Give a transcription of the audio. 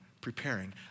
preparing